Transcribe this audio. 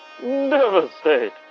devastate